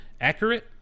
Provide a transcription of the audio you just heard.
accurate